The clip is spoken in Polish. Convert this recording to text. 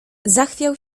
zachwiał